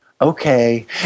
Okay